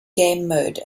gamemode